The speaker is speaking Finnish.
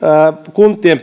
kuntien